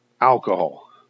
alcohol